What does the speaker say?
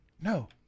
No